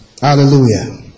Hallelujah